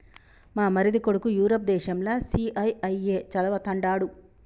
మా మరిది కొడుకు యూరప్ దేశంల సీఐఐఏ చదవతండాడు